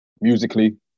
musically